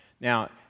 Now